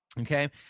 Okay